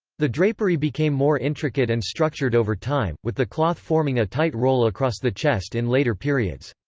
the drapery became more intricate and structured over time, with the cloth forming a tight roll across the chest in later periods.